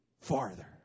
farther